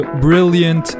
Brilliant